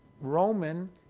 Roman